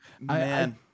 man